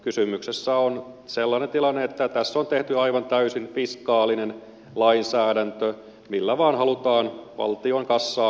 kysymyksessä on sellainen tilanne että tässä on tehty aivan täysin fiskaalinen lainsäädäntö millä vain halutaan valtion kassaan lisää pääomia